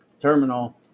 terminal